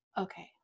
okay